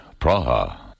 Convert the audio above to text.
Praha